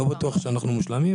לא בטוח שזה מושלם,